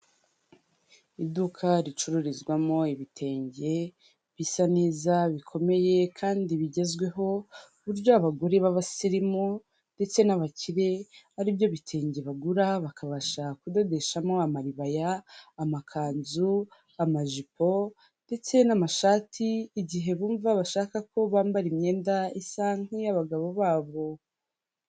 Iduka ricururizwamo ibitenge bisa neza, bikomeye, kandi bigezweho, ku buryo abagore b'abasirimu ndetse n'abakire ari byo bitenge bagura, bakabasha kudodeshamo amaribaya, amakanzu, amajipo, ndetse n'amashati, igihe bumva bashaka ko bambara imyenda isa nk'iy'abagabo babo.